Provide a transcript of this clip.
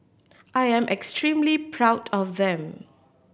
I am extremely proud of them